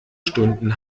stunden